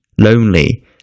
lonely